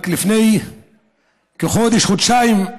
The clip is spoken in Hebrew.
רק לפני כחודש, חודשיים,